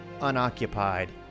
unoccupied